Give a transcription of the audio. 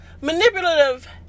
manipulative